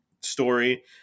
story